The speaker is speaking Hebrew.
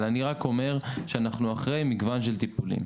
אבל אני רק אומר שאנחנו אחרי מגוון של טיפולים.